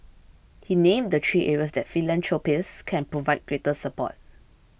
he named the three areas that philanthropists can provide greater support